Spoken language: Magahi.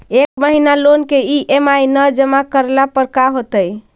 एक महिना लोन के ई.एम.आई न जमा करला पर का होतइ?